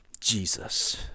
Jesus